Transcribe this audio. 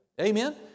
Amen